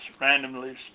randomly